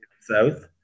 south